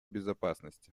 безопасности